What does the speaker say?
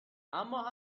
اما